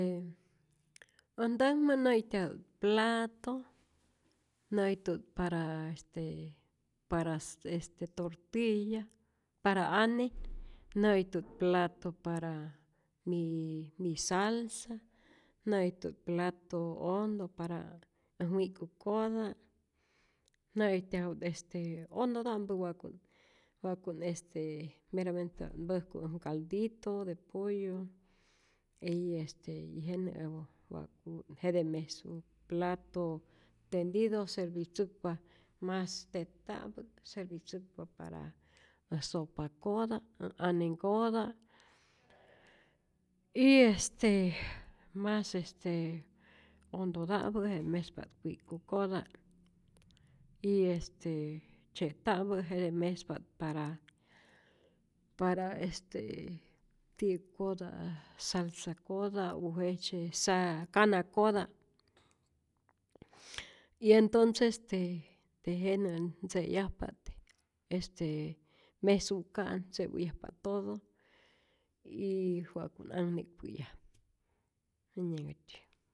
Äj ntäkmä nä'ijtyaju't plato, nä'ijtu't para este para este tortilla, para ane, nä'ijtu't platu para mi mi salsa, nä'ijtu't plato ondo para äj wi'k'kukota, nä'ijtyaju't este ondota'mpä wa'ku't wa'ku't este meramente wa mpäjku äj nkaldito de pollo y este y jenä wa wa'ku't jete mesu, plato tendido servitzäkpa mas tet'ta'mpä servitzäkpa para äj sopa'kota', äj anenhkota y este mas este ondota'mpä jete't mespa't wi'k'kukota, y este tzye'ta'mpä jete mespa't para para este ti'kota salsa'kota u jejtzye sa kana'kota, y entonces este ntejenä ntze'yajpa't, este mesu'ka'at ntze'päyajpa't todo y wa'ku't anhne'kpayaj, jenyanhkätyi.